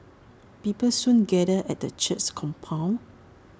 people soon gathered at the church's compound